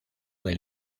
del